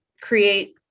create